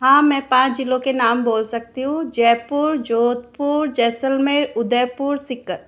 हाँ मैं पाँच जिलों के नाम बोल सकती हूँ जयपुर जोधपुर जैसलमेर उदयपुर सीकर